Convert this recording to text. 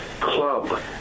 club